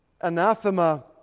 Anathema